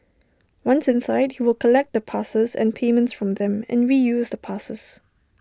once inside he would collect the passes and payments from them and reuse the passes